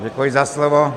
Děkuji za slovo.